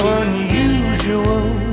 unusual